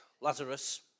Lazarus